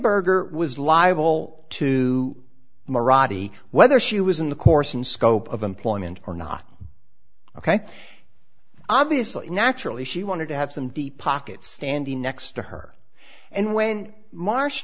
erger was liable to maradi whether she was in the course and scope of employment or not ok obviously naturally she wanted to have some deep pocket standing next to her and when marsh